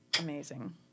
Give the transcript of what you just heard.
amazing